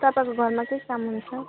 तपाईँको घरमा के के काम हुन्छ